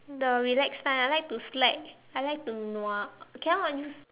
the relax part I like to slack I like to nua cannot use